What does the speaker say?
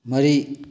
ꯃꯔꯤ